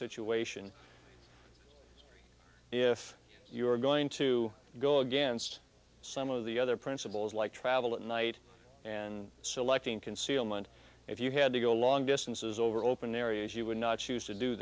situation if you're going to go against some of the other principles like travel at night and selecting concealment if you had to go long distances over open areas you would not choose to do